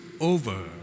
over